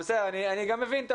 אני מבין,